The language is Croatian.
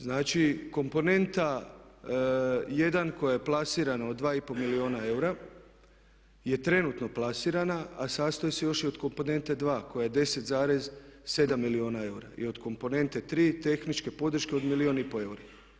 Znači komponenta 1 koja je plasirana od 2,5 milijuna eura je trenutno plasirana a sastoji se još i od komponente 2 koja je 10,7 milijuna eura i od komponente 3 tehničke podrške od milijun i pol eura.